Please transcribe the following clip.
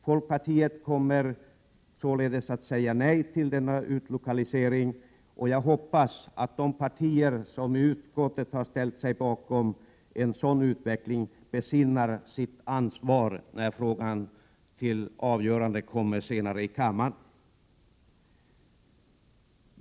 Folkpartiet kommer således att säga nej till utlokaliseringen, och jag hoppas att de partier som i utskottet har ställt sig bakom en sådan utveckling besinnar sitt ansvar när frågan kommer till kammaren för avgörande.